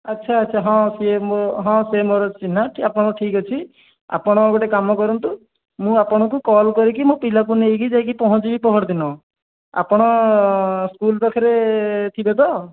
ଆଚ୍ଛା ଆଚ୍ଛା ହଁ ସେ ମୋ ହଁ ସେ ମୋର ଚିହ୍ନା ଆପଣଙ୍କର ଠିକ୍ ଅଛି ଆପଣ ଗୋଟେ କାମ କରନ୍ତୁ ମୁଁ ଆପଣଙ୍କୁ କଲ୍ କରି କି ମୁଁ ପିଲାକୁ ନେଇ କି ଯାଇ କି ପହଞ୍ଚିବି ପହରଦିନ ଆପଣ ସ୍କୁଲ୍ ପାଖରେ ଥିବେ ତ